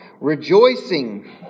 rejoicing